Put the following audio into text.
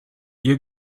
ihr